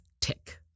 tick